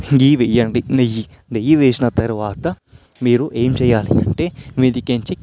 ఘీ వేయండి నెయ్యి నెయ్యి వేసిన తరువాత మీరు ఏం చేయాలి అంటే మీది నుంచి